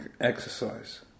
exercise